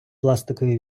пластикові